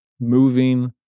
moving